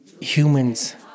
Humans